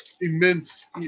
immense